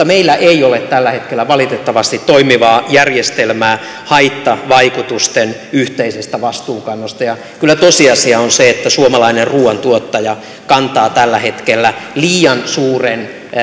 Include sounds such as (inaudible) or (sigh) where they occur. (unintelligible) meillä ei ole tällä hetkellä valitettavasti toimivaa järjestelmää haittavaikutusten yhteisestä vastuunkannosta ja kyllä tosiasia on se että suomalainen ruuantuottaja kantaa tällä hetkellä liian suuren